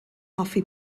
hoffi